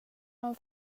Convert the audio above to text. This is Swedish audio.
dem